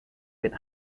with